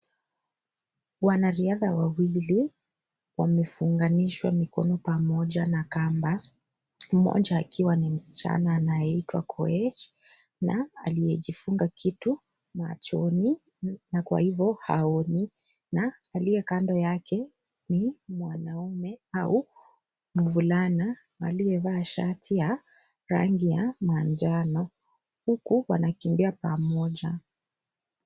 Wanariatha wawili wamefunganishwa mikono pamoja na kamba. Mmoja akiwa ni msichana anayeitwa Koech na aliye jifunga kitu machoni na kwa hivyo haoni. Na aliye kando yake ni au mvulana aliyevaa shati ya rangi ya manjano huku wanakimbia pamoja.